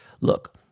look